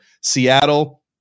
Seattle